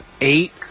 eight